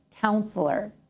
counselor